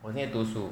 我今天读书